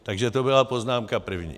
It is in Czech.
Takže to byla poznámka první.